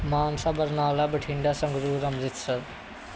Mansa Barnala Bathinda Sangrur Amritsar